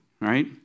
right